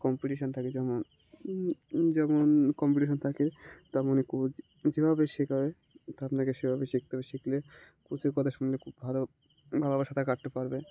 competition থাকে যেমন যেমন কম্পিটিশান থাকে তেমনই কোচ যেভাবে শেখায় আপনাকে সেভাবে শিখতে হবে শিখলে কোচের কথা শুনলে খুব ভালো ভালোভাবে সাঁতার কাটতে পারবে